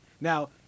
Now